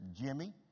Jimmy